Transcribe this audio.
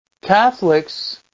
Catholics